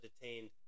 detained